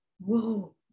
whoa